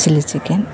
chili chicken